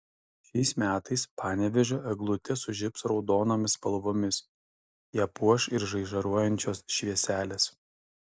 šiais metais panevėžio eglutė sužibs raudonomis spalvomis ją puoš ir žaižaruojančios švieselės